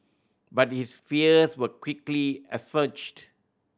but his fears were quickly assuaged